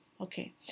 okay